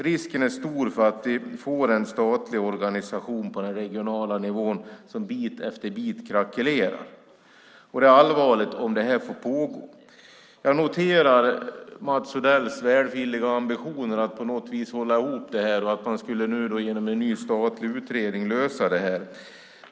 Risken är stor att vi får en statlig organisation på den regionala nivån som bit för bit krackelerar. Det är allvarligt om det här får pågå. Jag noterar Mats Odells välvilliga ambition att på något vis hålla ihop det här och lösa det genom en ny statlig utredning.